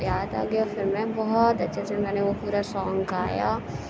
یاد آگیا پھر میں بہت اچھے سے میں نے وہ پورا سانگ گایا